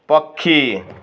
ପକ୍ଷୀ